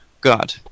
God